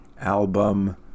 album